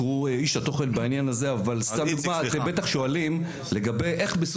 הגיע אלינו